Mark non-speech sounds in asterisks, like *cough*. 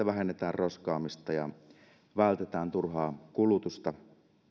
*unintelligible* vähennetään roskaamista ja vältetään turhaa kulutusta